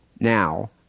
now